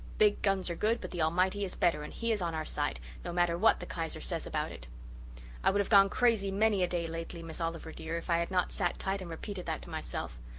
big guns are good but the almighty is better, and he is on our side, no matter what the kaiser says about it i would have gone crazy many a day lately, miss oliver, dear, if i had not sat tight and repeated that to myself.